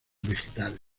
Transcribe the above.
vegetales